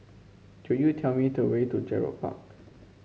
could you tell me the way to Gerald Park